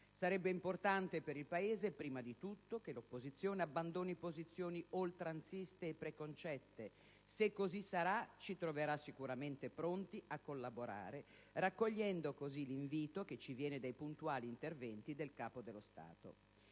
Sarebbe importante, per il Paese prima di tutto, che l'opposizione abbandoni posizioni oltranziste e preconcette. Se così sarà, ci troverà sicuramente pronti a collaborare, raccogliendo così l'invito che ci viene dai puntuali interventi del Capo dello Stato.